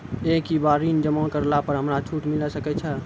एक ही बार ऋण जमा करला पर हमरा छूट मिले सकय छै?